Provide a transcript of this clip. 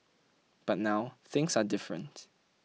but now things are different